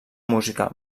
música